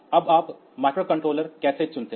अब आप माइक्रोकंट्रोलर कैसे चुनते हैं